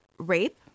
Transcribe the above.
Rape